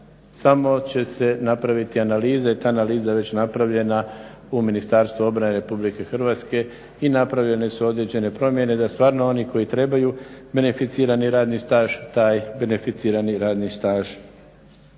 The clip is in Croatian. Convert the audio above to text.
samo će se napraviti analiza i ta analiza je već napravljena u Ministarstvu obrane RH i napravljene su određene promjene da stvarno oni koji trebaju beneficirani radni staž taj beneficirani radni staž